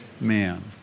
man